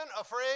afraid